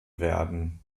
werden